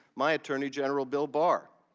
my attorney general, bill barr,